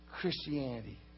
Christianity